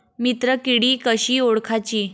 मित्र किडी कशी ओळखाची?